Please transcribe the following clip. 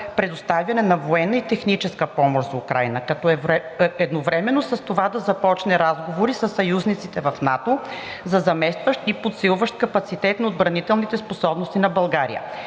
предоставяне на военна и техническа помощ за Украйна, като едновременно с това да започне разговори със съюзниците в НАТО за заместващ и подсилващ капацитет на отбранителните способности на България.